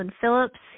Phillips